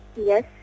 Yes